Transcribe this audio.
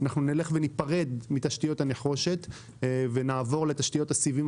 אנחנו נלך וניפרד מתשתיות הנחושת ונעבור לתשתיות הסיבים